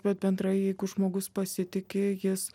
bet bendrai jeigu žmogus pasitiki jis